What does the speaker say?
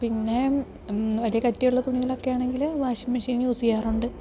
പിന്നെ വലിയ കട്ടിയുള്ള തുണികളൊക്കെ ആണെങ്കിൽ വാഷിംഗ് മെഷീൻ യൂസ് ചെയ്യാറുണ്ട്